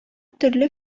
төрле